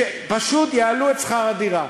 שפשוט יעלו את שכר הדירה.